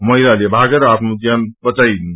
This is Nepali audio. महिलाले मागेर आफ्नो ज्यान बचाईन्